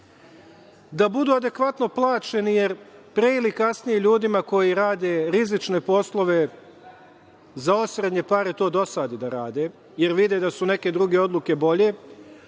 da budu adekvatno plaćeni jer pre ili kasnije ljudima koji rade rizične poslove, za osrednje pare, to dosadi da rade jer vide da su neke druge odluke bolje.